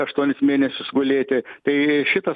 aštuonis mėnesius gulėti tai šita